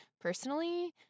personally